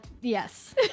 Yes